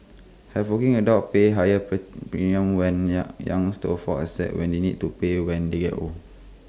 have working adults pay higher premiums when Young's to offset when they need to pay when they get old